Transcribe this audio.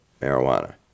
marijuana